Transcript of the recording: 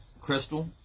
Crystal